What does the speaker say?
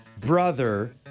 brother